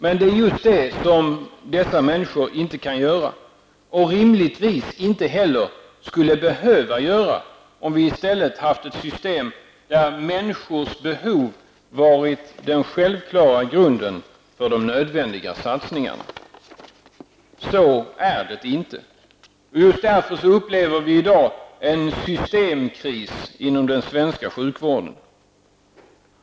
Men det är just det som dessa människor inte kan göra -- och rimligtvis inte heller skulle behöva göra, om vi i stället haft ett system där människors behov varit den självklara grunden för de nödvändiga satsningarna. Så är det inte. Och just därför upplever vi i dag en systemkris inom den svenska sjukvården.